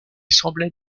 semblait